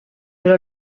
però